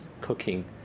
cooking